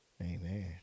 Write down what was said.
amen